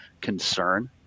concern